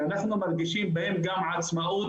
ואנחנו מדגישים בהם גם עצמאות.